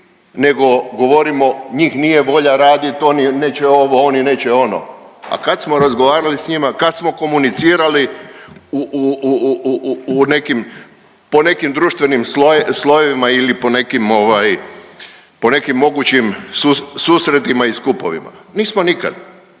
nego govorimo njih nije volja radit, oni neće ovo, oni neće ono, a kad smo razgovarali s njima, kad smo komunicirali u, u, u, u, u, u nekim, po nekim društvenim slojevima ili po nekim ovaj, po nekim mogućim susretima i skupovima? Nismo nikad,